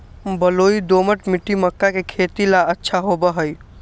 बलुई, दोमट मिट्टी मक्का के खेती ला अच्छा होबा हई